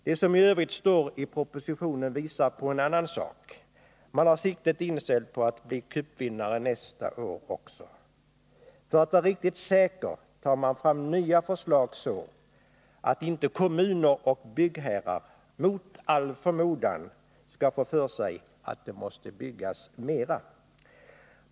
Det som i övrigt står i propositionen visar på en annan sak: man har siktet inställt på att bli cupvinnare nästa år också. För att vara riktigt säker tar man fram nya förslag, så att inte kommuner och byggherrar mot all förmodan skall få för sig att det måste byggas mera.